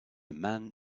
man